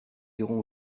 irons